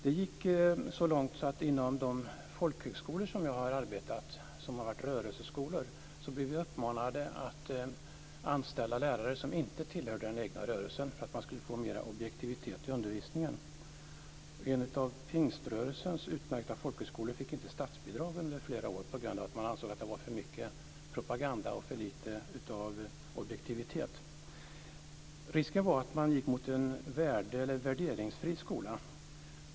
Det gick så långt att inom de folkhögskolor som jag har arbetat, som har varit rörelseskolor, blev vi uppmanade att anställa lärare som inte tillhörde den egna rörelsen för att man skulle få mer objektivitet i undervisningen. En av Pingströrelsens utmärkta folkhögskolor fick inte statsbidrag under flera år på grund av att man ansåg att det var för mycket propaganda och för lite av objektivitet. Risken var att man gick mot en värderingsfri skola.